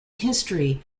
history